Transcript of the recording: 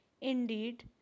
Indeed